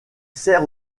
sert